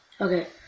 Okay